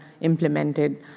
implemented